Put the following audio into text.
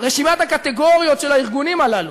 רשימת הקטגוריות של הארגונים הללו,